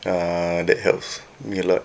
err that helps me a lot